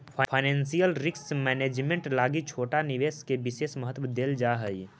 financial risk management लगी छोटा निवेश के विशेष महत्व देल जा हई